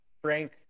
Frank